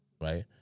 right